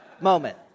moment